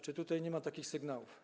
Czy tutaj nie ma takich sygnałów?